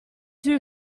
too